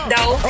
No